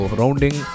rounding